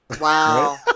Wow